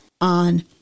on